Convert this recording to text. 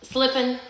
Slipping